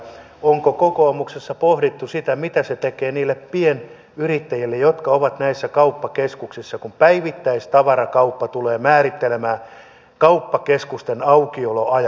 onko kokoomuksessa pohdittu sitä mitä se tekee niille pienyrittäjille jotka ovat näissä kauppakeskuksissa kun päivittäistavarakauppa tulee määrittelemään kauppakeskusten aukioloajat